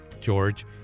George